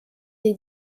les